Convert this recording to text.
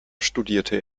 studierte